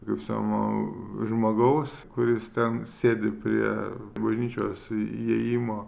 kaip sakoma žmogaus kuris ten sėdi prie bažnyčios įėjimo